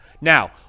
Now